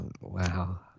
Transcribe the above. wow